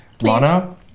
Lana